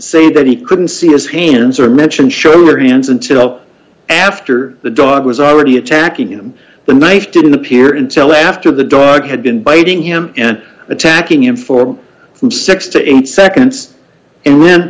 say that he couldn't see his hands or mention schober hands until after the dog was already attacking him the knife didn't appear intel after the dog had been biting him and attacking him for six to eight seconds and then